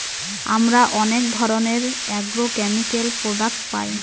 আমরা অনেক ধরনের এগ্রোকেমিকাল প্রডাক্ট পায়